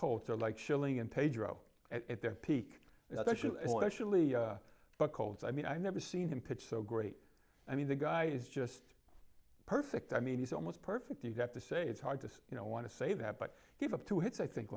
colts are like schilling and pedro at their peak actually but colts i mean i've never seen him pitch so great i mean the guy is just perfect i mean he's almost perfect you'd have to say it's hard to you know want to say that but he's up to his i think